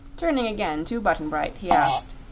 turning again to button-bright, he asked